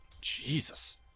Jesus